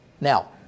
Now